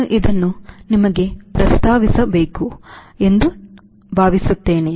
ನಾನು ಇದನ್ನು ನಿಮಗೆ ಪ್ರಸ್ತಾಪಿಸಬೇಕು ಎಂದು ನಾನು ಭಾವಿಸಿದೆವು